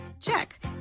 Check